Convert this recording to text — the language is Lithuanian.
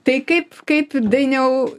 tai kaip kaip dainiau